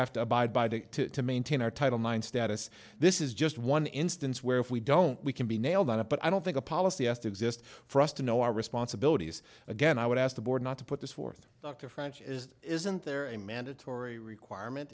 have to abide by to maintain our title nine status this is just one instance where if we don't we can be nailed on it but i don't think a policy as to exist for us to know our responsibilities again i would ask the board not to put this forth dr frank is isn't there a mandatory requirement